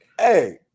Hey